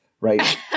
right